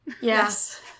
Yes